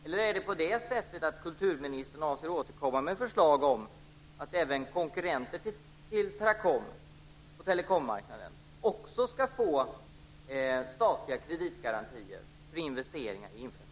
Eller är det på det sättet att kulturministern avser att återkomma med förslag om att även konkurrenter till Teracom på telekommarknaden ska få statliga kreditgarantier för investeringar i infrastruktur?